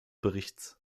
berichts